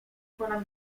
ponad